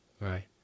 Right